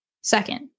Second